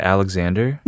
Alexander